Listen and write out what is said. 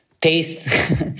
taste